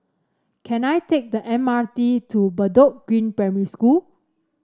can I take the M R T to Bedok Green Primary School